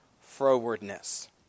frowardness